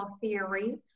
theory